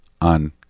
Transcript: on